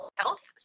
health